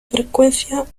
frecuencia